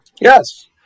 Yes